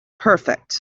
perfect